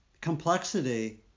complexity